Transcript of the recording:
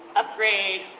upgrade